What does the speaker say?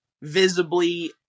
visibly